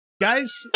guys